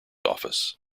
office